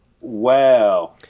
Wow